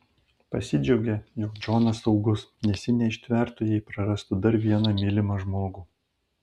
pasidžiaugė jog džonas saugus nes ji neištvertų jei prarastų dar vieną mylimą žmogų